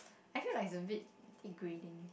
I feel like it's a bit degrading